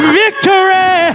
victory